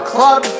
Club